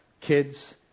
kids